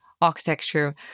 architecture